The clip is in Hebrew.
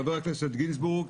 חבר הכנסת גינזבורג,